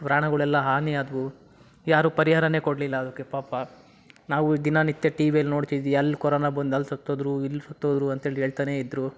ಪ್ರಾಣಗಳೆಲ್ಲ ಹಾನಿಯಾದವು ಯಾರೂ ಪರಿಹಾರನೇ ಕೊಡಲಿಲ್ಲ ಅದಕ್ಕೆ ಪಾಪ ನಾವು ದಿನನಿತ್ಯ ಟಿ ವಿಯಲ್ಲಿ ನೋಡ್ತಿದ್ವಿ ಅಲ್ಲಿ ಕೊರೋನಾ ಬಂದು ಅಲ್ಲಿ ಸತ್ತೋದರು ಇಲ್ಲಿ ಸತ್ತೋದರು ಅಂತೇಳಿ ಹೇಳ್ತನೇ ಇದ್ದರು